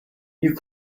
you